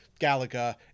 galaga